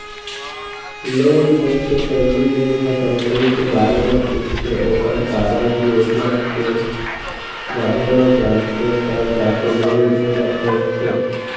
loan देय के पहिली बेंक ह कंपनी के बारे म पूछथे ओखर कारज योजना के बारे म जानथे तब जाके लोन देय बर सोचथे